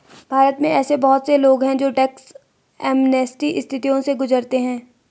भारत में ऐसे बहुत से लोग हैं जो टैक्स एमनेस्टी स्थितियों से गुजरते हैं